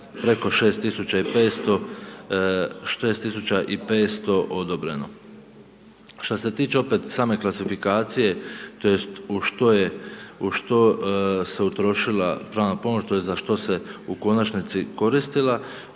preko 6500 odobreno. Što se tiče opet same klasifikacije, tj. u što se utrošila pravna pomoć tj. za što se u konačnici koristila,